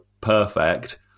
perfect